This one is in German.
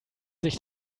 sich